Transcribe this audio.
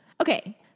Okay